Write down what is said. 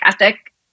ethic